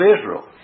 Israel